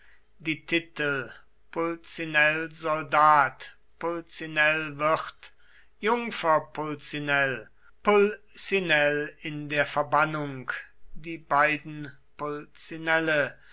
die titel pulcinell soldat pulcinell wirt jungfer pulcinell pulcinell in der verbannung die beiden